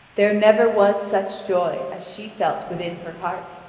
there never was such joy as she felt within her heart.